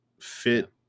fit